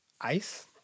ICE